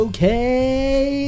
Okay